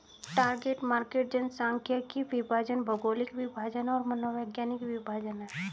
target market जनसांख्यिकीय विभाजन, भौगोलिक विभाजन और मनोवैज्ञानिक विभाजन हैं